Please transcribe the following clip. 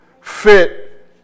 fit